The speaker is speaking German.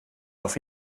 auf